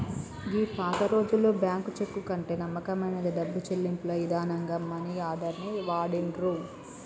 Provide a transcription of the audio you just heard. గీ పాతరోజుల్లో bank cheque కంటే నమ్మకమైన డబ్బు చెల్లింపుల ఇదానంగా మనీ ఆర్డర్ ని వాడిర్రు